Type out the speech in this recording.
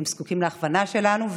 הם זקוקים להכוונה שלנו,